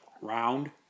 round